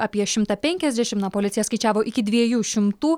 apie šimtą penkiasdešimt na policija skaičiavo iki dviejų šimtų